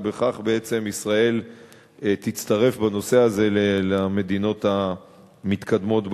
ובכך בעצם ישראל תצטרף בנושא הזה למדינות המתקדמות בעולם.